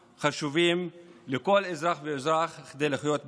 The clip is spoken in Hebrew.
החשובים לכל אזרח ואזרח כדי לחיות בכבוד.